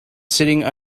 sitting